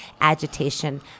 agitation